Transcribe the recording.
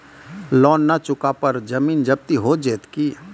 Loan न चुका पर जमीन जब्ती हो जैत की?